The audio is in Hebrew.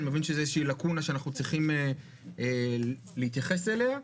אני מאמין שזה איזה לקונה שאנחנו צריכים להתייחס אליה.